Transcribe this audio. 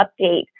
update